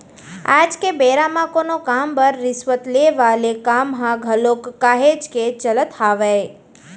आज के बेरा म कोनो काम बर रिस्वत ले वाले काम ह घलोक काहेच के चलत हावय